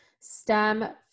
stem